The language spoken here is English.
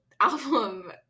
album